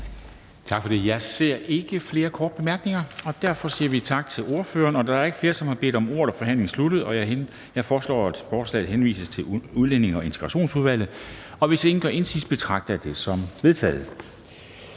Tak for det. Jeg ser ikke, at der er flere ønsker om korte bemærkninger, og derfor siger vi tak til ordføreren. Da der ikke er flere, som har bedt om ordet, er forhandlingen sluttet. Jeg foreslår, at forslaget henvises til Udlændinge- og Integrationsudvalget. Hvis ingen gør indsigelse, betragter jeg det som vedtaget.